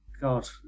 god